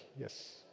yes